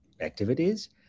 activities